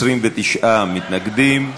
29 מתנגדים.